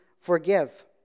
forgive